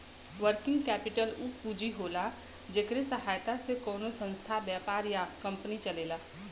working capital उ पूंजी होला जेकरे सहायता से कउनो संस्था व्यापार या कंपनी चलेला